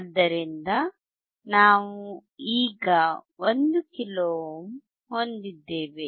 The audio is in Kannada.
ಆದ್ದರಿಂದ ನಾವು ಈಗ 1 ಕಿಲೋ ಓಮ್ ಹೊಂದಿದ್ದೇವೆ